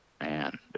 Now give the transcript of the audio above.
man